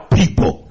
people